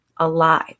alive